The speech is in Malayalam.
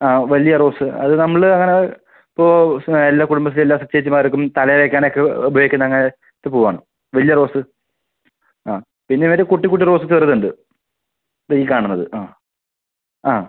ആ വലിയ റോസ് അത് നമ്മള് അങ്ങനെ ഇപ്പോൾ എല്ലാ കുടുംബശ്രീ എല്ലാ ചേച്ചിമാർക്കും തലയിൽ വെക്കാൻ ഒക്കെ ഉപയോഗിക്കുന്ന അങ്ങനത്ത പൂവാണ് വലിയ റോസ് ആ പിന്നെ ഒര് കുട്ടി കുട്ടി റോസ് ചെറുതുണ്ട് ഇതാ ഈ കാണുന്നത് ആ ആ